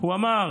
והוא אמר: